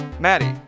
Maddie